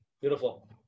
beautiful